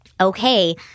Okay